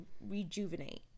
rejuvenate